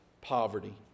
poverty